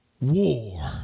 war